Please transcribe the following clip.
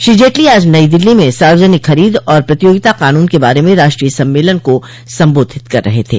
श्री जेटली आज नई दिल्ली में सार्वजनिक खरीद और प्रतियोगिता कानून के बारे में राष्ट्रीय सम्मेलन को संबोधित कर रहे थे